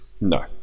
No